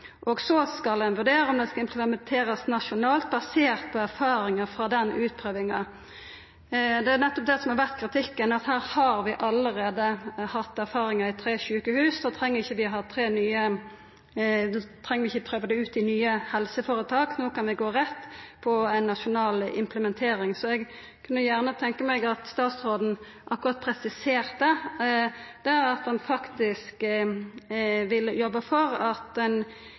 omgang. Så skal ein vurdera om det skal implementerast nasjonalt basert på erfaringar frå den utprøvinga. Det er nettopp det som har vore kritikken: Her vi allereie hatt erfaringar i tre sjukehus. Då treng vi ikkje prøva det ut i nye helseføretak. No kan ein gå rett på ei nasjonal implementering. Så eg kunna gjerne tenkja meg at statsråden presiserte at han faktisk vil jobba for at ein